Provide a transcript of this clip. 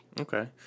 okay